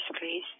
please